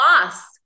loss